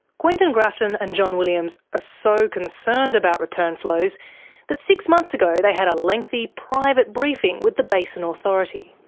quentin grafton and john williams are so concerned about return flows that six months ago they had a lengthy, private briefing with the basin authority.